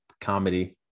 comedy